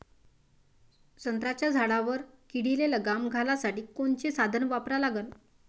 संत्र्याच्या झाडावर किडीले लगाम घालासाठी कोनचे साधनं वापरा लागन?